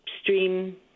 stream